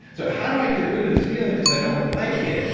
so how do i get rid of this feeling because i don't like it.